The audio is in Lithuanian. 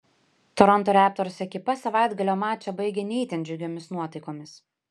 toronto raptors ekipa savaitgalio mačą baigė ne itin džiugiomis nuotaikomis